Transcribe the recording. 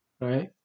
right